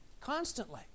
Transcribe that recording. constantly